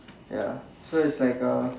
ya so it's like uh